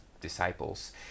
disciples